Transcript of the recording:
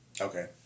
Okay